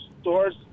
stores